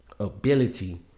Ability